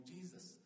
Jesus